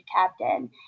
captain